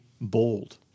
bold